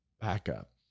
backup